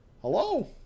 Hello